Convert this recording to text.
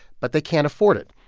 but they can't afford it.